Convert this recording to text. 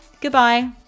goodbye